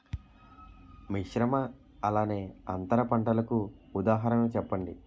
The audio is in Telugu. మిశ్రమ అలానే అంతర పంటలకు ఉదాహరణ చెప్పండి?